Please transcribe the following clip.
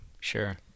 sure